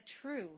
true